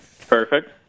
perfect